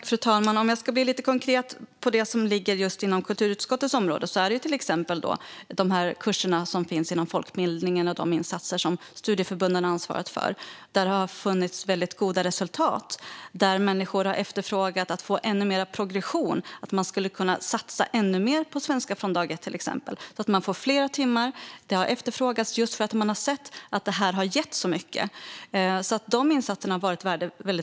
Fru talman! Om jag ska bli lite konkret när det gäller det som ligger inom kulturutskottets område är det till exempel kurserna som finns inom folkbildningen och de insatser som studieförbunden har ansvarat för. De har gett goda resultat. Människor har efterfrågat ännu mer progression. Man skulle till exempel kunna satsa ännu mer på Svenska från dag ett för att få fler timmar. Det har efterfrågats just eftersom man har sett att det har gett mycket. De insatserna har varit värdefulla.